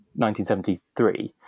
1973